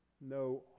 no